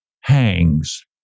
hangs